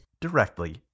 directly